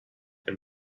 and